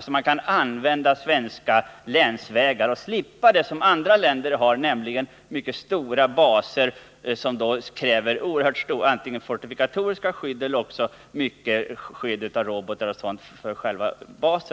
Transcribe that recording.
skulle kunna använda svenska länsvägar och slippa vad andra länder tvingas till, nämligen mycket stora baser, som då kräver antingen stora fortifikatoriska skydd eller också omfattande skydd av robotar m.m. för själva basen.